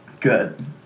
Good